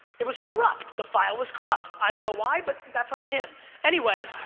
it was corrupt. the file was corrupt. i don't know why but that's on him anyway